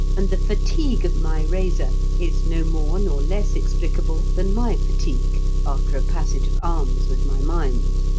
and the fatigue of my razor is no more nor less explicable than my fatigue after a passage of arms with my mind.